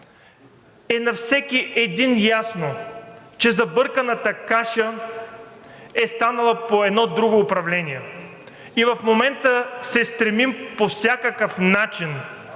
на всеки един е ясно, че забърканата каша е станала при едно друго управление и в момента се стремим по всякакъв начин